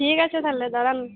ঠিক আছে তাহলে দাঁড়ান